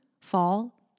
fall